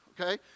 okay